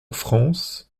france